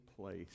place